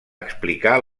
explicar